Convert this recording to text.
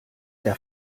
der